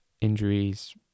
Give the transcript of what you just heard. injuries